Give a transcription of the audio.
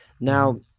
Now